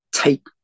take